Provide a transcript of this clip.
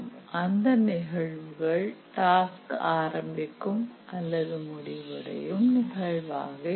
அந்த நிகழ்வுகள் டாஸ்க் ஆரம்பிக்கும் அல்லது முடிவடையும் நிகழ்வாக இருக்கும்